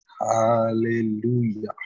Hallelujah